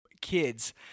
kids